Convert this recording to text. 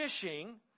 fishing